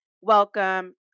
welcome